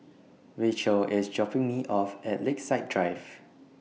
Racheal IS dropping Me off At Lakeside Drive